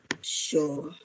Sure